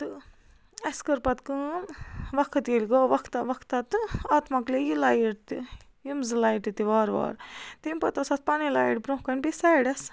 تہٕ اَسہِ کٔر پَتہٕ کٲم وقت ییٚلہِ گوٚو وقتَہ وقتَہ تہٕ اَتھ مَکلے یہِ لایِٹ تہِ یِم زٕ لایٹہٕ تہِ وارٕ وارٕ تمہِ پَتہٕ اوس اَتھ پَنٕنۍ لایِٹ برٛونٛہہ کَنۍ بیٚیہِ سایڈَس